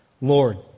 Lord